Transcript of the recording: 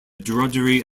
drudgery